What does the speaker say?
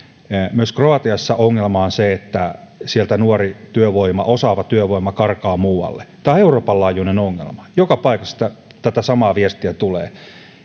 myös kroatiassa ongelma on se että sieltä nuori työvoima osaava työvoima karkaa muualle tämä on euroopan laajuinen ongelma joka paikasta tätä samaa viestiä tulee